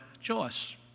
choice